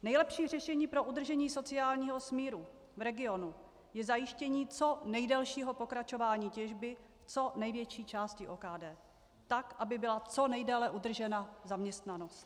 Nejlepší řešení pro udržení sociálního smíru v regionu je zajištění co nejdelšího pokračování těžby co největší části OKD tak, aby byla co nejdéle udržena zaměstnanost.